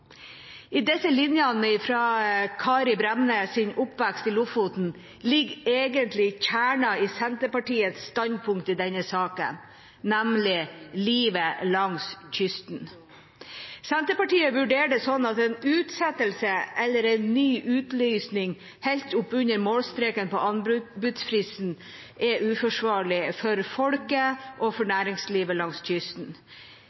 I disse linjene fra Kari Bremnes’ oppvekst i Lofoten ligger egentlig kjernen i Senterpartiets standpunkt i denne saken, nemlig livet langs kysten. Senterpartiet vurderer det sånn at en utsettelse eller en ny utlysning helt oppunder målstreken på anbudsfristen er uforsvarlig for folket og